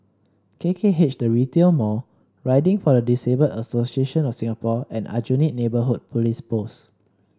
K K H The Retail Mall Riding for the Disabled Association of Singapore and Aljunied Neighbourhood Police Post